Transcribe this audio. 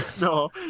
no